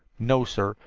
no, sir,